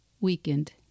weakened